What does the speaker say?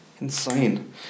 Insane